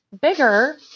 bigger